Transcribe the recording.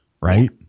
Right